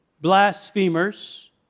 blasphemers